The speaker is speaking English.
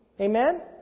Amen